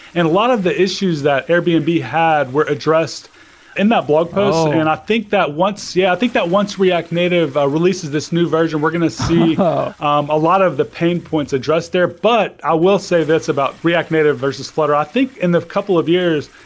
and a lot of the issues that airbnb had were addressed in that blog post, and i think that once yeah, i think that once react native ah releases this new version, we're going to see um a lot of the pain points addressed there but i will say this about react native versus flutter, i think in the couple of years,